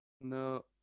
no